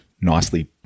nicely